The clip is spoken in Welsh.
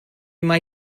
mai